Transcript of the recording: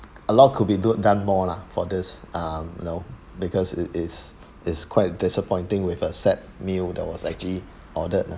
a lot could be do done more lah for this um you know because it is is quite disappointing with a set meal that was actually ordered lah